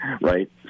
right